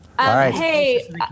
Hey